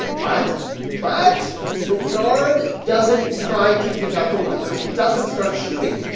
but but the guard doesn't try to kick out the workers. it doesn't start shooting.